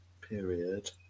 period